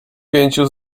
pięciu